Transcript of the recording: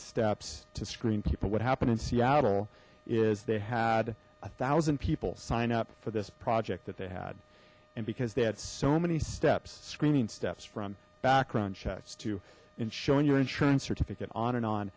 steps to screen people what happened in seattle is they had a thousand people sign up for this project that they had and because they had so many steps screaming steps from background checks to and showing your insurance certificate on and on